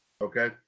okay